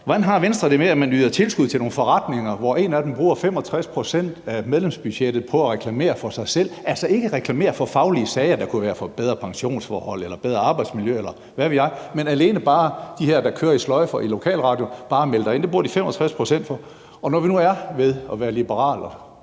Hvordan har Venstre det med, at man yder tilskud til nogle forretninger, hvor en af dem bruger 65 pct. af medlemsbudgettet på at reklamere for sig selv, altså ikke reklamere for faglige sager, det kunne være bedre pensionsforhold eller bedre arbejdsmiljø, eller hvad ved jeg, men alene de her reklamer, der kører i sløjfer i lokalradioer: Bare meld dig ind? Det bruger de 65 pct. på. Og nu vi er ved det at være liberal